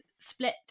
split